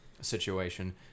situation